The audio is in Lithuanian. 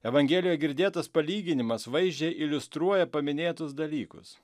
evangelijo girdėtas palyginimas vaizdžiai iliustruoja paminėtus dalykus